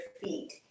feet